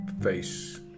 face